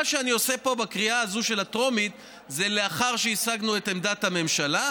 מה שאני עושה פה בקריאה הטרומית זה לאחר שהשגנו את עמדת הממשלה,